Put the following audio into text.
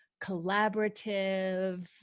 collaborative